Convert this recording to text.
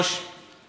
כבוד השר,